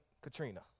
Katrina